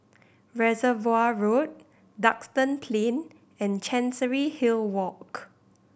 Reservoir Road Duxton Plain and Chancery Hill Walk